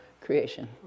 creation